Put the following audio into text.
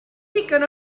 ddigon